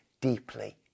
deeply